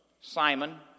Simon